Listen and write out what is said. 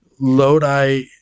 Lodi